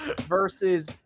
versus